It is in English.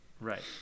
Right